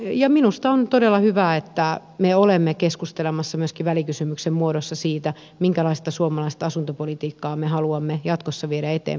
ja minusta on todella hyvä että me olemme keskustelemassa myöskin välikysymyksen muodossa siitä minkälaista suomalaista asuntopolitiikkaa me haluamme jatkossa viedä eteenpäin